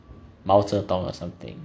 毛泽东 or something